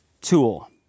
tool